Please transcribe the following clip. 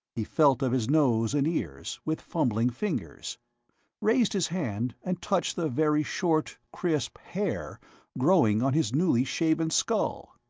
he felt of his nose and ears, with fumbling fingers raised his hand and touched the very short, crisp hair growing on his newly shaven skull.